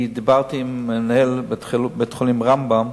דיברתי עם מנהל בית-החולים "רמב"ם",